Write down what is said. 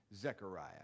Zechariah